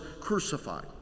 crucified